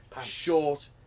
short